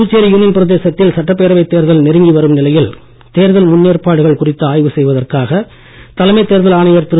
Puducherry union பிரதேசத்தில் சட்டப்பேரவை தேர்தல் நெருங்கி வரும் நிலையில் தேர்தல் முன்னேற்பாடுகள் குறித்து ஆய்வு செய்வதற்காக தலைமை தேர்தல் ஆணையர் திரு